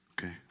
Okay